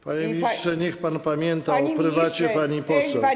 Panie ministrze, niech pan pamięta o prywacie pani poseł.